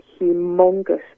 humongous